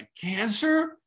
cancer